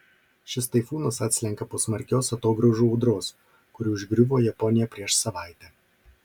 šis taifūnas atslenka po smarkios atogrąžų audros kuri užgriuvo japoniją prieš savaitę